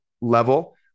level